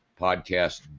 podcast